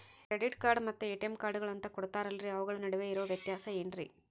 Credit card ಮತ್ತ ATM ಕಾರ್ಡುಗಳು ಅಂತಾ ಕೊಡುತ್ತಾರಲ್ರಿ ಅವುಗಳ ನಡುವೆ ಇರೋ ವ್ಯತ್ಯಾಸ ಏನ್ರಿ?